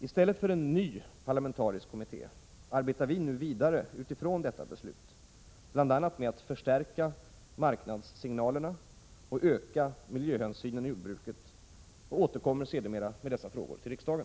I stället för en ny parlamentarisk kommitté arbetar vi nu vidare utifrån detta beslut, bl.a. med att förstärka marknadssignalerna och öka miljöhänsynen i jordbruket och återkommer sedermera med dessa frågor till riksdagen.